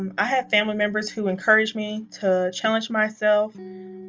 um i have family members who encouraged me to challenge myself,